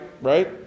right